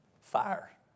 fire